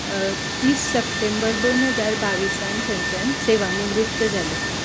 तीस सप्टेंबर दोन हजार बावीसांत थंयच्यान सेवा निवृत्त जालें